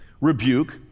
rebuke